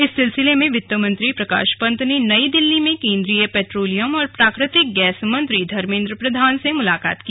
इस सिलसिले में वित्त मंत्री प्रकाश पंत ने नई दिल्ली में केन्द्रीय पेट्रोलियम और प्राकृतिक गैस मंत्री धर्मेन्द्र प्रधान से मुलाकात की